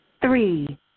Three